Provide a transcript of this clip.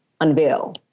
unveil